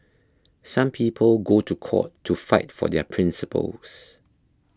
some people go to court to fight for their principles